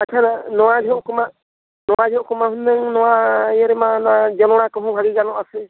ᱟᱪᱪᱷᱟ ᱱᱚᱣᱟ ᱡᱚᱦᱚᱜ ᱠᱚᱢᱟ ᱱᱚᱣᱟ ᱡᱚᱦᱚᱜ ᱠᱚᱢᱟ ᱦᱩᱱᱟᱹᱝ ᱱᱚᱣᱟ ᱤᱭᱟᱹ ᱨᱮᱢᱟ ᱚᱱᱟ ᱡᱚᱸᱰᱨᱟ ᱠᱚᱦᱚᱸ ᱵᱷᱟᱹᱜᱤ ᱜᱟᱱᱚᱜᱼᱟ ᱥᱮ